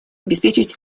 обеспечить